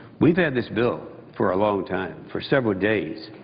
we've had this bill for a long time, for several days.